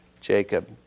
Jacob